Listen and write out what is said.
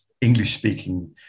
English-speaking